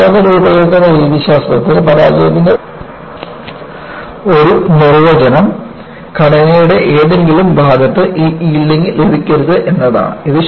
പരമ്പരാഗത രൂപകൽപ്പന രീതിശാസ്ത്രത്തിൽ പരാജയത്തിന്റെ ഒരു നിർവചനം ഘടനയുടെ ഏതെങ്കിലും ഭാഗത്ത് ഈ യീൽഡിങ് ലഭിക്കരുത് എന്നതാണ്